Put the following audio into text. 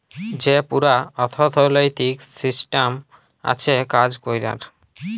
যে পুরা অথ্থলৈতিক সিসট্যাম আছে কাজ ক্যরার